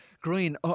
Green